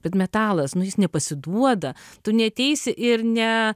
bet metalas nu jis nepasiduoda tu neateisi ir ne